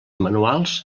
manuals